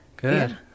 Good